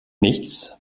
nichts